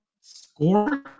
score